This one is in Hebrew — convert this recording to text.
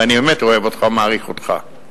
ואני באמת אוהב אותך ומעריך אותך,